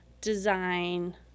design